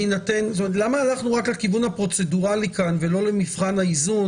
למה הלכנו רק לכיוון הפרוצדורלי כאן ולא למבחן האיזון